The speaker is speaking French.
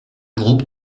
groupe